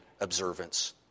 observance